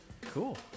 cool